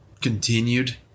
continued